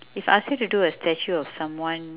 if I ask you to do a statue of someone